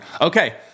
Okay